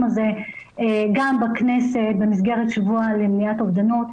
הזה גם בכנסת במסגרת שבוע למניעת אובדנות,